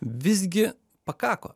visgi pakako